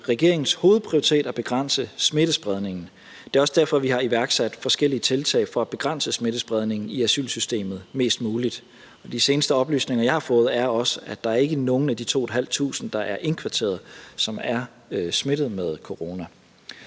regeringens hovedprioritet at begrænse smittespredningen. Det er også derfor, at vi har iværksat forskellige tiltag for at begrænse smittespredningen i asylsystemet mest muligt. De seneste oplysninger, jeg har fået, er også, at der ikke er nogen af de 2.500, der er indkvarteret, som er smittet med corona.